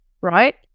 right